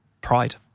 pride